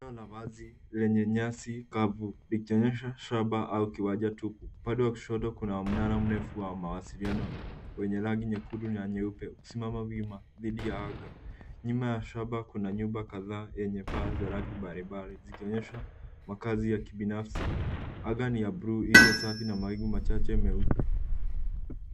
...la wazi lenye nyasi kavu likionyesha shamba au kiwanja tupu. Upande wa kushoto kuna mnara mrefu wa mawasiliano wenye rangi nyekundu na nyeupe ikisimama wima dhidi ya anga. Nyuma ya shamba kuna nyumba kadhaa yenye paa za rangi mbalimbali zikionyesha makazi ya kibinasfi. Anga ni ya bluu iliyosafi na mawingu machache meupe.